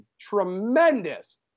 tremendous